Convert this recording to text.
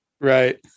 Right